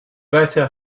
better